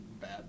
bad